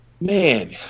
man